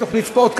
תוכנית ספורט כזו,